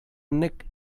nek